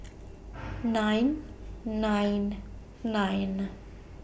nine nine nine